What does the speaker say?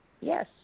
Yes